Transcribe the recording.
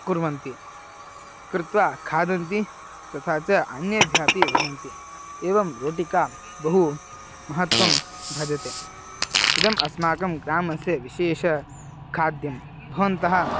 कुर्वन्ति कृत्वा खादन्ति तथा च अन्येभ्यः अपि वदन्ति एवं रोटिका बहु महत्त्वं भजते इदम् अस्माकं ग्रामस्य विशेषखाद्यं भवन्तः